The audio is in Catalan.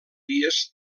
dies